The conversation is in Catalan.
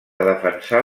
defensar